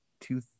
two